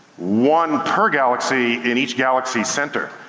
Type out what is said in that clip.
one per galaxy in each galaxy center.